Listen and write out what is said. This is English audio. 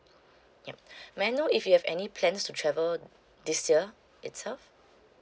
yup may I know if you have any plans to travel this year itself